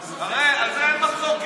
הרי על זה אין מחלוקת.